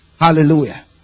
Hallelujah